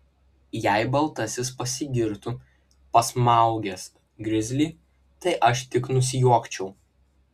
jei baltasis pasigirtų pasmaugęs grizlį tai aš tik nusijuokčiau